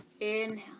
inhale